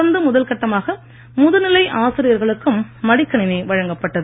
தொடர்ந்து முதல்கட்டமாக முதுநிலை ஆசிரியர்களுக்கும் மடிக்கணினி வழங்கப்பட்டது